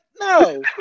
no